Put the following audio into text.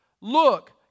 look